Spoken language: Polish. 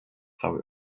całej